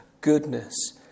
goodness